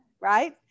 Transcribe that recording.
right